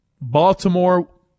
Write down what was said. Baltimore